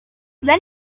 when